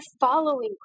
following